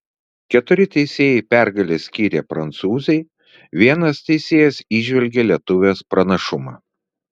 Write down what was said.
keturi teisėjai pergalę skyrė prancūzei vienas teisėjas įžvelgė lietuvės pranašumą